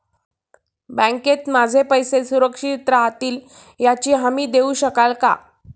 बँकेत माझे पैसे सुरक्षित राहतील याची खात्री देऊ शकाल का?